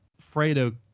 Fredo